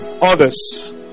others